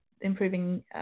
improving